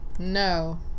No